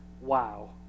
wow